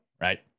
right